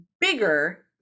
bigger